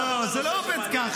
לא, זה לא עובד ככה.